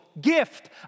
Gift